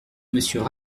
monsieur